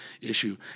issue